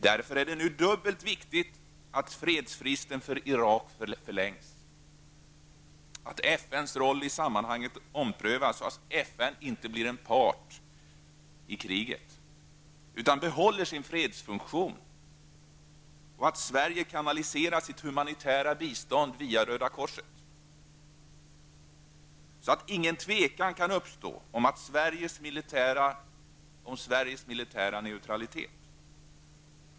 Därför är det nu dubbelt viktigt att fredsfristen för Irak förlängs, att FNs roll i sammanhanget omprövas, så att FN inte blir part i krig, utan behåller sig fredsfunktion och att Sverige kanaliserar sitt humanitära bistånd via Röda korset, så att inget tvivel kan uppstå om Sveriges militära neutralitet.